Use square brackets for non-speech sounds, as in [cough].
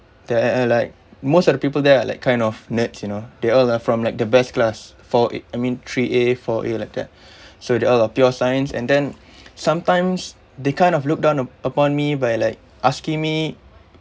there are like most of the people there are like kind of nerds you know they all are from like the best class for it I mean three A four A like that [breath] so they're all of pure science and then sometimes they kind of look down upon me by like asking me